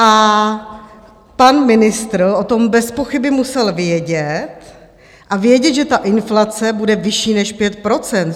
A pan ministr o tom bezpochyby musel vědět a vědět, že ta inflace bude vyšší než 5 %.